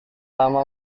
lama